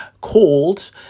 called